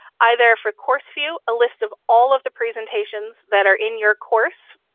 either for course view, a list of all of the presentations that are in your course,